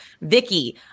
Vicky